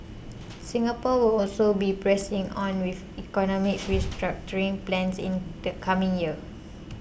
Singapore will also be pressing on with economic restructuring plans in the coming year